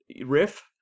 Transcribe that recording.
riff